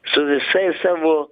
su visais savo